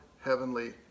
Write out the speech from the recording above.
heavenly